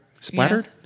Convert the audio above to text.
splattered